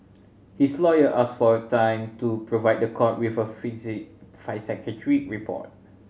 his lawyer asked for a time to provide the court with a psychiatric report